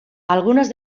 algunas